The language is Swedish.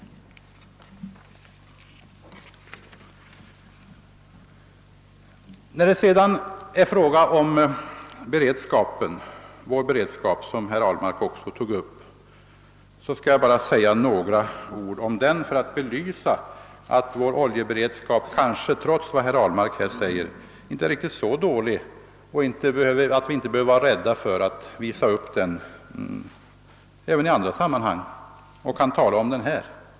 När det sedan är fråga om vår beredskap, som herr Ahlmark också tog upp, vill jag bara med några ord belysa att vår oljeberedskap, trots vad herr Ahlmark här säger, inte är riktigt så dålig och att vi inte behöver vara rädda för att visa upp den även i andra sammanhang och även tala om den här.